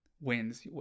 wins